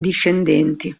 discendenti